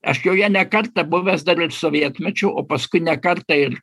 aš joje ne kartą buvęs dar ir sovietmečiu o paskui ne kartą ir